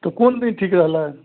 तऽ कोन दिन ठीक रहलै